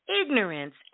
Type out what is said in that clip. ignorance